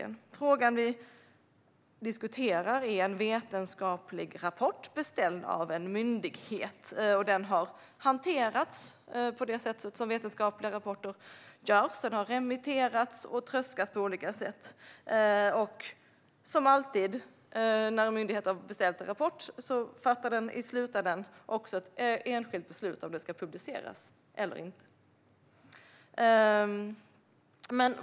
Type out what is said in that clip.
Den fråga som vi diskuterar är en vetenskaplig rapport beställd av en myndighet, och den har hanterats på det sätt som vetenskapliga rapporter brukar hanteras. Den har remitterats och tröskats igenom på olika sätt. Och som alltid när en myndighet har beställt en rapport fattar den i slutändan också ett enskilt beslut om rapporten ska publiceras eller inte.